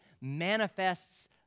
manifests